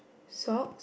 sock